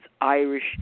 Irish